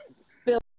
Spill